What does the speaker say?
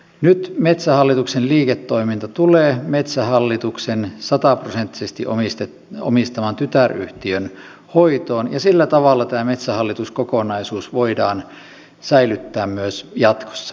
nyt metsähallituksen liiketoiminta tulee metsähallituksen sataprosenttisesti omistaman tytäryhtiön hoitoon ja sillä tavalla tämä metsähallitus kokonaisuus voidaan säilyttää myös jatkossa